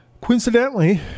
coincidentally